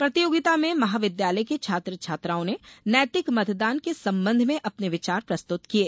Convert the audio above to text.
प्रतियोगिता में महाविद्यालय के छात्र छात्राओं ने नैतिक मतदान के संबंध में अपने विचार प्रस्तुत किये